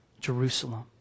Jerusalem